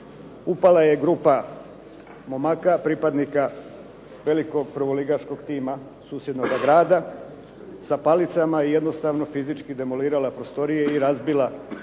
Upala je grupa momaka, pripadnika velikog prvoligaškog tima susjednog grada sa palicama i jednostavno fizički demolirala prostorije i razbila